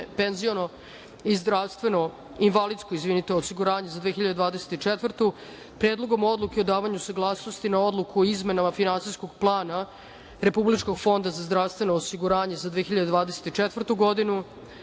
penzijsko i invalidsko osiguranje za 2024. godinu, Predlogom odluke o davanju saglasnosti na Odluku o izmenama finansijskog plana Republičkog fonda za zdravstveno osiguranje za 2024 godinu,